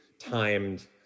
timed